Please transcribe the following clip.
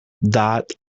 dot